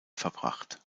verbracht